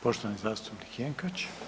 Poštovani zastupnik Jenkač.